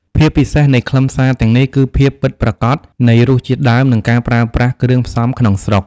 ភាពពិសេសនៃខ្លឹមសារទាំងនេះ គឺភាពពិតប្រាកដនៃរសជាតិដើម និងការប្រើប្រាស់គ្រឿងផ្សំក្នុងស្រុក។